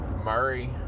Murray